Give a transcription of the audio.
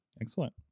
Excellent